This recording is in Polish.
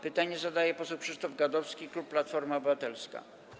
Pytanie zadaje poseł Krzysztof Gadowski, klub Platforma Obywatelska.